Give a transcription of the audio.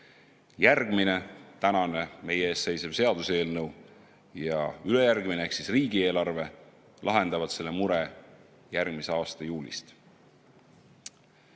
Järgmine tänane meie ees olev seaduseelnõu ja ülejärgmine ehk riigieelarve lahendavad selle mure järgmise aasta juulist.